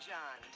John